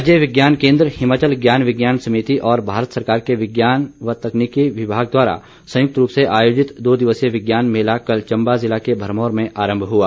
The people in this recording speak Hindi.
राज्य विज्ञान केन्द्र हिमाचल ज्ञान विज्ञान समिति और भारत सरकार के विज्ञान एवं तकनीकी विभाग द्वारा संयुक्त रूप से आयोजित दो दिवसीय विज्ञान मेला कल चम्बा ज़िला के भरमौर में आरम्भ हुआ